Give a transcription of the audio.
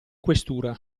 questura